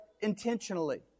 intentionally